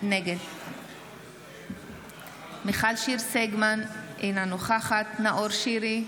נגד מיכל שיר סגמן, אינה נוכחת נאור שירי,